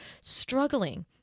struggling